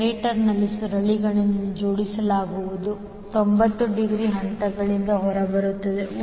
ಜನರೇಟರ್ನಲ್ಲಿ ಸುರುಳಿಗಳನ್ನು ಜೋಡಿಸಲಾಗುವುದು 90 ಡಿಗ್ರಿ ಹಂತದಿಂದ ಹೊರಬರುತ್ತದೆ